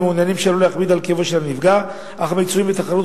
המעוניינים שלא להכביד על כאבו של הנפגע אך מצויים בתחרות